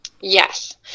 Yes